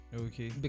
Okay